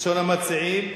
ראשון המציעים,